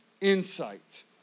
insight